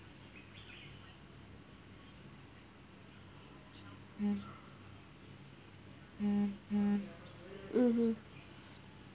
mm hmm